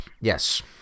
Yes